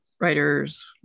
writers